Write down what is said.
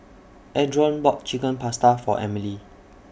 Adron bought Chicken Pasta For Emily